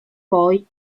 poi